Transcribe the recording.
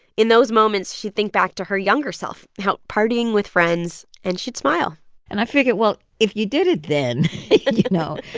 in those moments, she'd think back to her younger self out partying with friends, and she'd smile and i figured, well, if you did it then. you know,